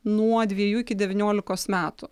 nuo dviejų iki devyniolikos metų